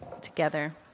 together